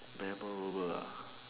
memorable ah